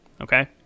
Okay